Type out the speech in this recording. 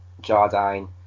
Jardine